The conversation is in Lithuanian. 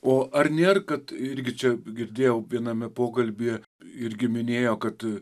o ar nėr kad irgi čia girdėjau viename pokalbyje irgi minėjo kad